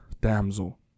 Damsel